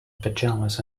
pyjamas